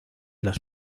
las